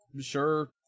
Sure